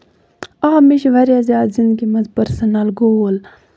آ مےٚ چھِ واریاہ زیادٕ زِندگی منٛز پٔرسٕنَل گول